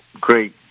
great